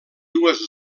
dues